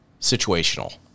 situational